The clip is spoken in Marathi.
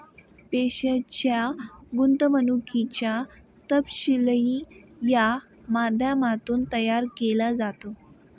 पैशाच्या गुंतवणुकीचा तपशीलही या माध्यमातून तयार केला जातो